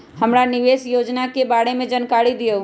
हमरा निवेस योजना के बारे में जानकारी दीउ?